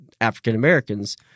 African-Americans –